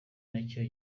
nacyo